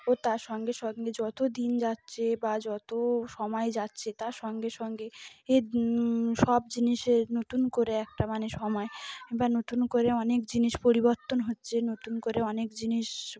ও তার সঙ্গে সঙ্গে যত দিন যাচ্ছে বা যত সময় যাচ্ছে তার সঙ্গে সঙ্গে এ সব জিনিসের নতুন করে একটা মানে সময় বা নতুন করে অনেক জিনিস পরিবর্তন হচ্ছে নতুন করে অনেক জিনিস